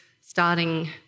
Starting